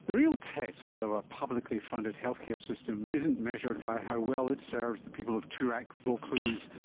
the real test of a publicly funded healthcare system isn't measured by how well it serves the people of toorak, vaucluse,